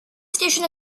station